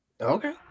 okay